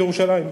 בירושלים,